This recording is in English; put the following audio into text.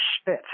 spit